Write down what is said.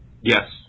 Yes